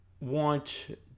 want